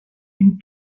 une